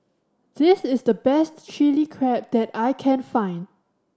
this is the best Chilli Crab that I can find